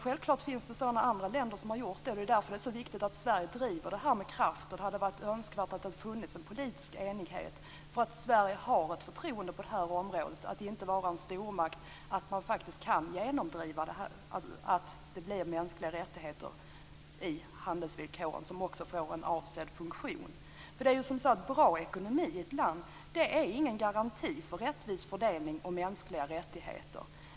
Självklart finns det andra länder som har gjort så, och det är därför det är så viktigt att Sverige driver dessa frågor med kraft. Det hade varit önskvärt med en politisk enighet, för man har förtroende för Sverige på detta område. Utan att vara någon stormakt kan vi genomdriva kravet på att ta upp de mänskliga rättigheterna i handelsvillkoren, och det skall få avsedd funktion. Bra ekonomi i ett land är ingen garanti för rättvis fördelning och mänskliga rättigheter.